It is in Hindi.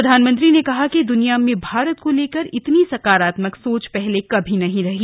प्रधानमंत्री ने कहा कि दुनिया में भारत को लेकर इतनी सकारात्मक सोच पहले कभी नहीं रही